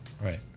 Right